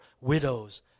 widows